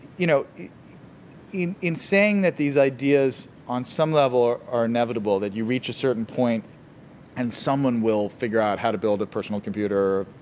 you know in in saying that these ideas on some level are inevitable, that you reach a certain point and someone will figure out how to build a personal computer,